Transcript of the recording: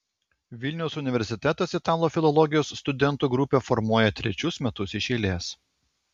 vilniaus universitetas italų filologijos studentų grupę formuoja trečius metus iš eilės